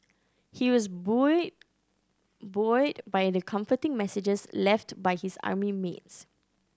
he was buoyed by the comforting messages left by his army mates